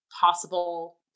possible